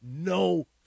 no